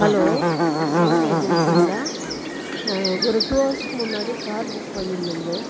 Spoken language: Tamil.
ஹலோ சோழா ஏஜென்சிகளா ஒரு டூ ஹவர்ஸ்க்கு முன்னாடி கார் புக் பண்ணின்னுயிருதேன்